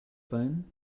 phone